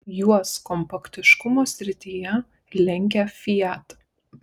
juos kompaktiškumo srityje lenkia fiat